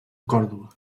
córdoba